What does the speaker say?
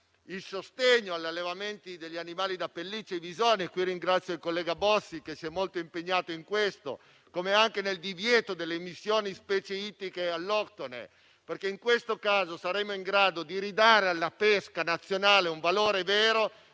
al sostegno agli allevamenti degli animali da pelliccia (i visoni). Ringrazio il collega Bossi che si è molto impegnato in questo senso, come anche per il divieto delle emissioni di specie ittiche alloctone. Così facendo saremo in grado di ridare alla pesca nazionale un valore vero